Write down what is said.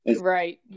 Right